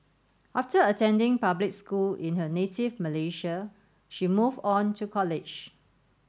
after attending public school in her native Malaysia she moved on to college